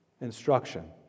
instruction